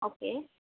okay